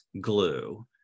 glue